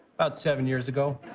about seven years ago.